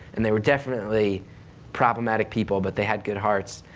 and they were definitely problematic people, but they had good hearts.